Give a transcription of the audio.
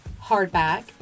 hardback